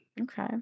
okay